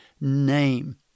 name